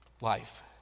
life